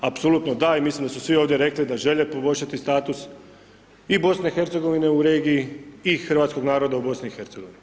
Apsolutno da i mislim da su svi ovdje rekli da žele poboljšati status i BIH u regiji i hrvatskog naroda u BIH.